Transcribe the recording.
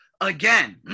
again